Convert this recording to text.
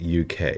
UK